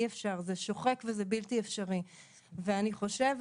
אי אפשר.